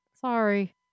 Sorry